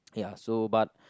ya so but